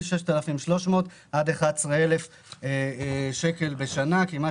וזה בין 6,300 עד כמעט 12,000 שקל בשנה.